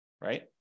right